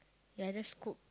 ya just cook